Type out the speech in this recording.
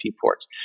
ports